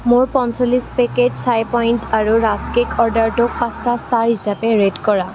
মোৰ পঞ্চল্লিছ পেকেট চাই পইণ্ট আৰু ৰাস্ক কেক অৰ্ডাৰটোক পাঁচটা ষ্টাৰ হিচাপে ৰেট কৰা